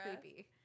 creepy